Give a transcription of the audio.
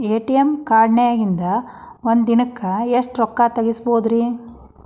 ATM ಕಾರ್ಡ್ನ್ಯಾಗಿನ್ದ್ ಒಂದ್ ದಿನಕ್ಕ್ ಎಷ್ಟ ರೊಕ್ಕಾ ತೆಗಸ್ಬೋದ್ರಿ?